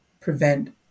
prevent